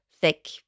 thick